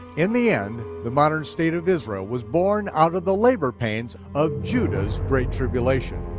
in the end, the modern state of israel was born out of the labor pains of judah's great tribulation.